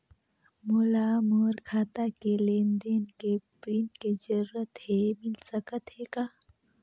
मोला मोर खाता के लेन देन के प्रिंट के जरूरत हे मिल सकत हे का?